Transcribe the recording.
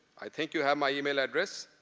i think you have my email address.